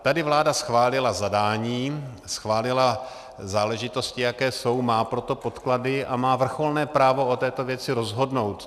Tady vláda schválila zadání, schválila záležitosti, jaké jsou, má pro to podklady a má vrcholné právo o této věci rozhodnout.